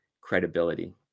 credibility